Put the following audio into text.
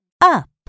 up